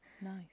Nice